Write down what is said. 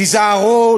תיזהרו,